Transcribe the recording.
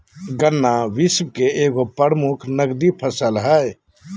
गन्ना विश्व के एगो प्रमुख नकदी फसल हइ